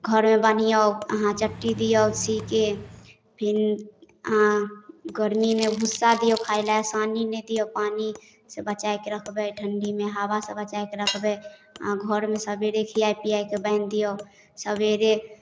घरमे बान्हिऔ अहाँ चट्टी दिऔ सीके फेर अहाँ गरमीमे भुस्सा दिऔ खाइ लै सानी नहि दिऔ पानिसँ बचैके रखबै ठण्डीमे हवासँ बचैके रखबै अहाँ घरमे सबेरे खिआइ पिआइके बान्हि दिऔ सबेरे